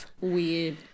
weird